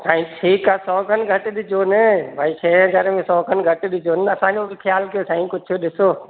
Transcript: साईं ठीकु आहे सौ खणु घटि ॾिजोनि भई छह हज़ारे में सौ खणु घटि ॾिजोनि असांजो बि ख़्याल कयो साईं कुझु ॾिसो